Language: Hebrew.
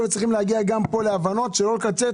שהיו צריכים להגיע גם פה להבנות שלא לקצץ